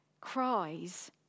cries